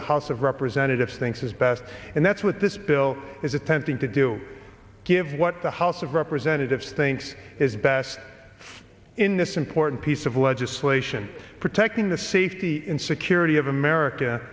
the house of representatives thinks is best and that's what this bill is attempting to do give what the house of representatives thinks is best for in this important piece of legislation protecting the safety and security of america